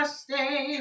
stay